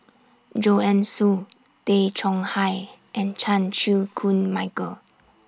Joanne Soo Tay Chong Hai and Chan Chew Koon Michael